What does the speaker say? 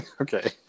Okay